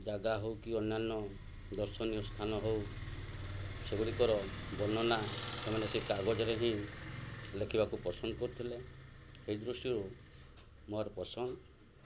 ଜାଗା ହେଉ କି ଅନ୍ୟାନ୍ୟ ଦର୍ଶନୀୟ ସ୍ଥାନ ହେଉ ସେଗୁଡ଼ିକର ବର୍ଣ୍ଣନା ସେମାନେ ସେ କାଗଜରେ ହିଁ ଲେଖିବାକୁ ପସନ୍ଦ କରୁଥିଲେ ଏହି ଦୃଶ୍ୟରୁ ମୋର ପସନ୍ଦ